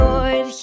Lord